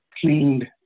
cleaned